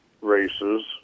races